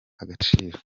agaciro